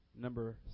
number